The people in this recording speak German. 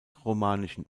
romanischen